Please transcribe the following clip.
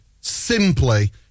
Simply